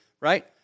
right